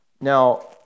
Now